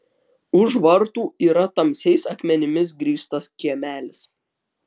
už vartų yra tamsiais akmenimis grįstas kiemelis